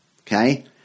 Okay